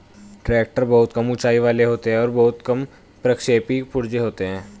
tractor बहुत कम ऊँचाई वाले होते हैं और बहुत कम प्रक्षेपी पुर्जे होते हैं